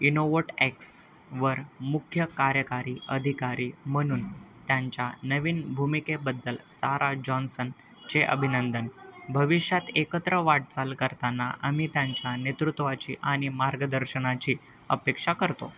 इनोवोटएक्सवर मुख्य कार्यकारी अधिकारी म्हणून त्यांच्या नवीन भूमिकेबद्दल सारा जॉन्सनचे अभिनंदन भविष्यात एकत्र वाटचाल करताना आम्ही त्यांच्या नेतृत्वाची आणि मार्गदर्शनाची अपेक्षा करतो